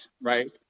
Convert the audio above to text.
right